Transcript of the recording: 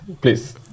Please